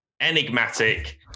enigmatic